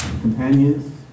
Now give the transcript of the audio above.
companions